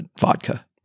vodka